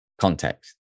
context